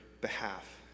behalf